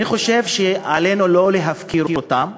אני חושב שעלינו לא להפקיר אותם,